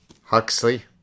Huxley